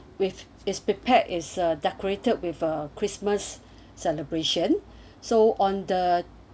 with his prepared is decorated with a christmas celebration so on the